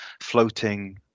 floating